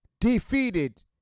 defeated